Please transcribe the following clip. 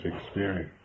experience